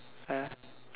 uh ya